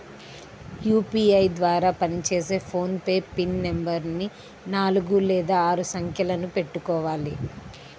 UPI ద్వారా పనిచేసే PhonePe pin నెంబరుని నాలుగు లేదా ఆరు సంఖ్యలను పెట్టుకోవాలి